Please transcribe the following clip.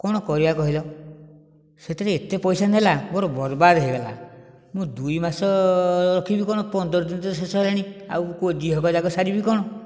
କଣ କରିବା କହିଲ ସେଥିରେ ଏତେ ପଇସା ନେଲା ମୋର ବରବାଦ ହୋଇଗଲା ମୁଁ ଦୁଇ ମାସ ରଖିବି କଣ ପନ୍ଦର ଦିନ ତ ଶେଷ ହେଲାଣି ଆଉ କେଉଁ ଦି ସାରିବି କଣ